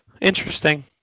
Interesting